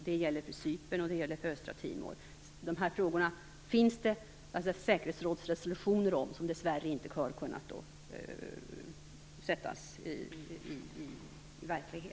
Det gäller också för Cypern och för östra Timor. Det finns för dessa områden säkerhetsrådsresolutioner som dess värre inte har kunnat sättas i verklighet.